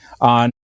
on